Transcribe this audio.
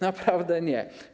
Naprawdę nie.